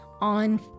on